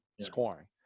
scoring